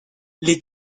les